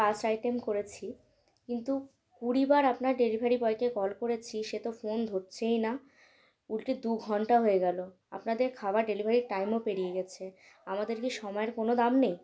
পাচটা আইটেম করেছি কিন্তু কুড়িবার আপনার ডেলিভারি বয়কে কল করেছি সে তো ফোন ধরছেই না উল্টে দু ঘন্টা হয়ে গেল আপনাদের খাবার ডেলিভারির টাইমও পেরিয়ে গেছে আমাদের কি সময়ের কোনো দাম নেই